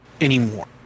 anymore